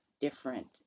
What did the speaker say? different